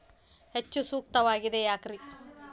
ಹೆಚ್ಚು ಸೂಕ್ತವಾಗಿದೆ ಯಾಕ್ರಿ?